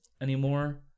anymore